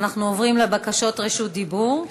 ואנחנו עוברים לבקשות רשות דיבור.